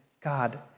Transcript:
God